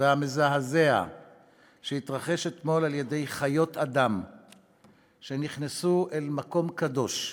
והמזעזע שהתרחש אתמול על-ידי חיות אדם שנכנסו אל מקום קדוש,